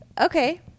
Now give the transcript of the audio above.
Okay